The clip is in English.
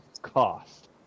cost